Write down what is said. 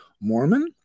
Mormon